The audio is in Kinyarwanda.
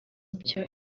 byo